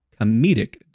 comedic